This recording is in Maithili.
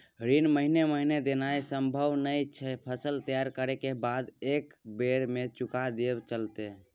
ऋण महीने महीने देनाय सम्भव नय छै, फसल तैयार करै के बाद एक्कै बेर में चुका देब से चलते?